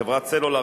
חברת סלולר,